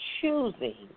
choosing